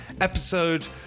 episode